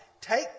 take